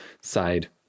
side